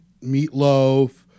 meatloaf